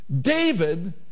David